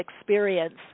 experience